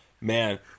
Man